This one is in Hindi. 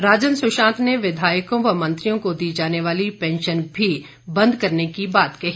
राजन सुशांत ने विधायकों व मंत्रियों को दी जाने वाली पेंशन भी बंद करने की बात कही